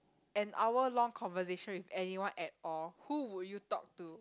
an hour long conversation with anyone at all who would you talk to